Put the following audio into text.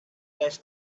less